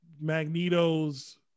Magneto's